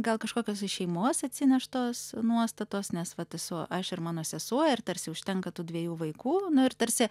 gal kažkokios iš šeimos atsineštos nuostatos nes vat esu aš ir mano sesuo ir tarsi užtenka tų dviejų vaikų ir tarsi